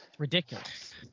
Ridiculous